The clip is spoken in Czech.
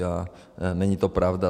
A není to pravda.